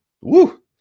Woo